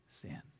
sin